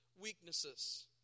weaknesses